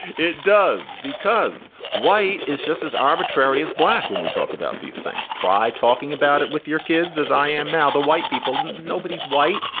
it does because white is just as arbitrary as black. when we talk about these things, try talking about it with your kids, as i am now, the white people. nobody's white.